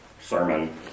sermon